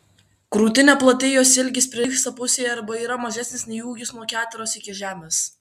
krūtinė plati jos ilgis prilygsta pusei arba yra mažesnis nei ūgis nuo keteros iki žemės